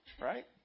Right